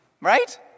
Right